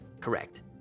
Correct